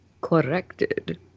corrected